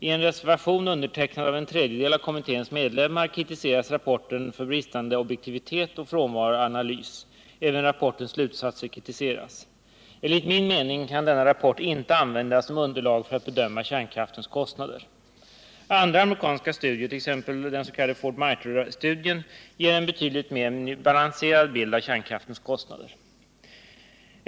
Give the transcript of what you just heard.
I en reservation undertecknad av en tredjedel av kommitténs medlemmar kritiseras rapporten för bristande objektivitet och för frånvaron av analys. Även rapportens slutsatser kritiseras. Enligt min mening kan denna rapport inte användas som underlag för en bedömning av kärnkraftens kostnader. Andra amerikanska studier, t.ex. den s.k. Ford-Mitre-studien, ger en betydligt mer balanserad bild av kärnkraftens kostnader.